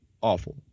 awful